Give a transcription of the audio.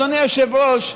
אדוני היושב-ראש,